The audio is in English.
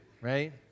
right